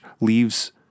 leaves